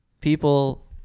people